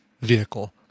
vehicle